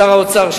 שר האוצר,